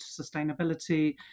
sustainability